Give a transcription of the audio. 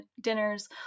dinners